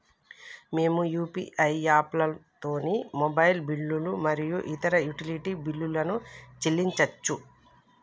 మేము యూ.పీ.ఐ యాప్లతోని మొబైల్ బిల్లులు మరియు ఇతర యుటిలిటీ బిల్లులను చెల్లించచ్చు